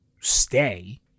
stay